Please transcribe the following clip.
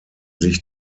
sich